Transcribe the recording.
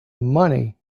money